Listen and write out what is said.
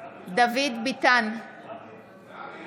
בעד ולדימיר בליאק, אינו נוכח מירב בן ארי,